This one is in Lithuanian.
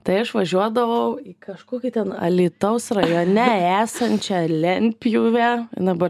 tai aš važiuodavau į kažkokį ten alytaus rajone esančią lentpjūvę dabar